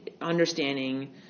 understanding